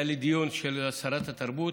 היה לי דיון של שרת התרבות.